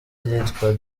ryitwa